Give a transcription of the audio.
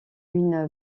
une